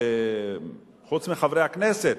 חוץ מחברי הכנסת,